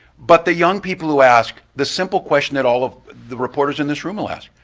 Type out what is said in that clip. but the young people who ask the simple question that all of the reporters in this room will ask,